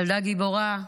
ילדה גיבורה,